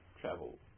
travel